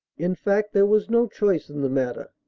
in fact there was no choice in the matter.